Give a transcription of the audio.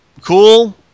Cool